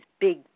big